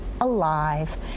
alive